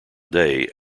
day